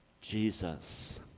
Jesus